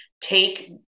take